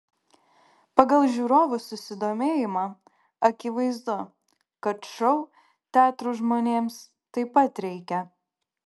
pagal žiūrovų susidomėjimą akivaizdu kad šou teatrų žmonėms taip pat reikia